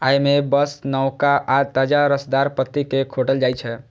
अय मे बस नवका आ ताजा रसदार पत्ती कें खोंटल जाइ छै